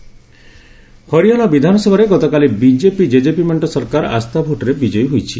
BJP JJP Haryana ବିଧାନସଭାରେ ଗତକାଲି BJP JJP ମେଣ୍ଟ ସରକାର ଆସ୍ଥା ଭୋଟରେ ବିଜୟୀ ହୋଇଛି